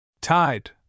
Tide